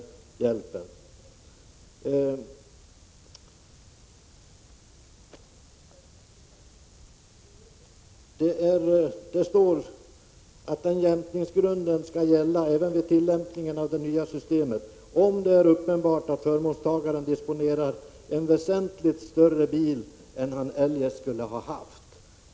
I reservationen står det ”att nu gällande jämkningsgrund skall gälla även vid 45 tillämpningen av det nya systemet om det är uppenbart att förmånstagaren disponerar en väsentligt större bil än han eljest skulle ha haft”.